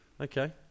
Okay